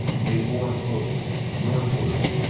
they bore northward,